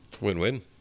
Win-win